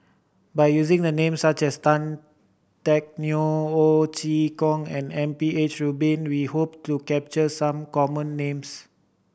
by using the names such as Tan Teck Neo Ho Chee Kong and M P H Rubin we hope to capture some of the common names